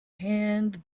hand